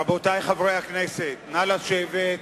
רבותי חברי הכנסת, נא לשבת.